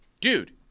Dude